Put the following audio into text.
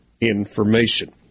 information